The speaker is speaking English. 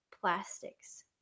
plastics